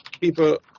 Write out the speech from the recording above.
people